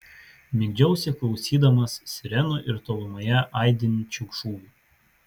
migdžiausi klausydamas sirenų ir tolumoje aidinčių šūvių